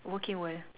working world